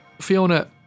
Fiona